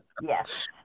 yes